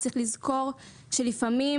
צריך לזכור שלפעמים